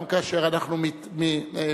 גם כאשר אנחנו מתנגדים